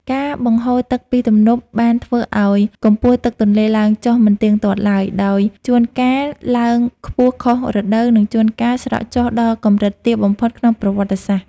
ការបង្ហូរទឹកពីទំនប់បានធ្វើឱ្យកម្ពស់ទឹកទន្លេឡើងចុះមិនទៀងទាត់ឡើយ ដោយជួនកាលឡើងខ្ពស់ខុសរដូវ និងជួនកាលស្រកចុះដល់កម្រិតទាបបំផុតក្នុងប្រវត្តិសាស្ត្រ។